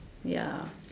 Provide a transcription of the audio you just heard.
ya